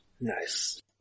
Nice